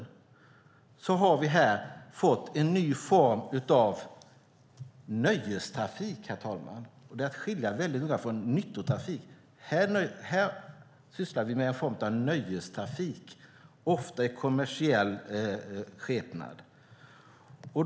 Men nu har vi fått en ny form av nöjestrafik, herr talman, som är att noga skilja från nyttotrafik. Här talar vi om en form av nöjestrafik, ofta i kommersiell skepnad.